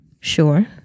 Sure